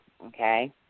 Okay